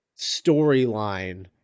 storyline